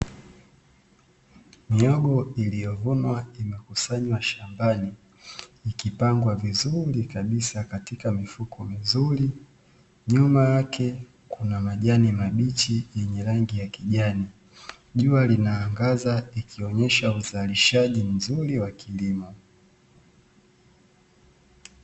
Mihogo iliyovunwa imekusanywa shambani, ikipangwa vizuri kabisa katika mifuko mizuri, nyuma yake kuna majani mabichi yenye rangi ya kijani, jua linaangaza ikionyesha uzalishaji mzuri wa kilimo.